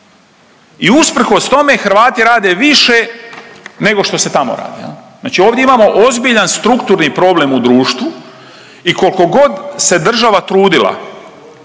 i usprkos tome Hrvati rade više nego što se tamo radi jel. Znači ovdje imamo ozbiljan strukturni problem u društvu i koliko god se država trudila